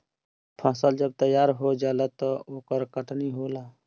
फसल जब तैयार हो जाला त ओकर कटनी होला